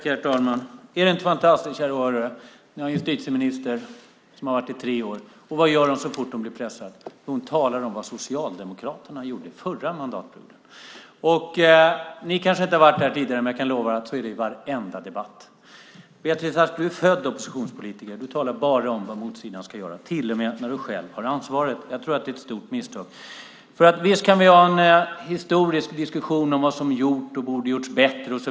Herr talman! Är det inte fantastsikt, kära åhörare! Vi har en justitieminister som varit minister i tre år. Vad gör hon så fort hon blir pressad? Jo, hon talar om vad Socialdemokraterna gjorde förra mandatperioden. Ni kanske inte har varit här tidigare, men jag kan lova att det är så i varenda debatt. Du är född oppositionspolitiker, Beatrice Ask. Du talar bara om vad motsidan ska göra, till och med när du själv har ansvaret. Jag tror att det är ett stort misstag. Visst kan vi ha en historisk diskussion om vad som är gjort och borde ha gjorts bättre.